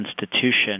institution